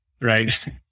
right